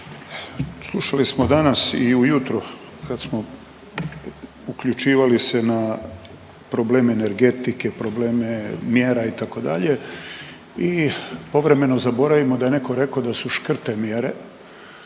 slušali smo danas i ujutro kad smo uključivali se na problem energetike i probleme mjera, itd., i povremeno zaboravimo da je netko rekao da su škrte mjere